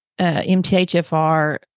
MTHFR